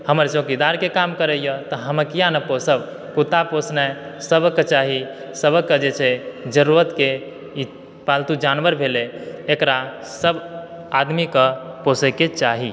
हमर चौकीदारके काम करैए तऽ हम किए नै पोसब कुत्ता पोसने सबके चाही सबकऽ जरूरतके ई पालतू जानवर भेलै एकरा सब आदमीकऽ पोसैके चाही